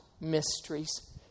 mysteries